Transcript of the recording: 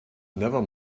never